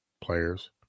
players